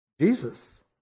Jesus